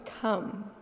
come